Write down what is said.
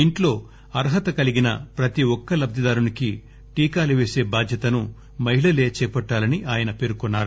ఇంట్లో అర్హత కలిగిన ప్రతి ఒక్క లబ్దిదారుడికి టీకాలు వేసే బాధ్యతను మహిళలే చేపట్టాలని ఆయన పేర్కొన్నారు